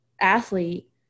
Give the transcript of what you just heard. athlete